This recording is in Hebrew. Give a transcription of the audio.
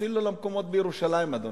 אפילו למקומות בירושלים, אדוני,